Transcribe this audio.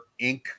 Inc